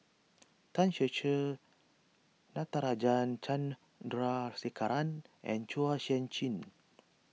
Tan Ser Cher Natarajan Chandrasekaran and Chua Sian Chin